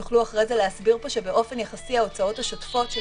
יוכלו אחרי זה להסביר פה שההוצאות השוטפות של